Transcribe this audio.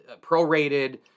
prorated